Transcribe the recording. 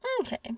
Okay